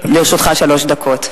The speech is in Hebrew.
לרשותך שלוש דקות.